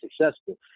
successful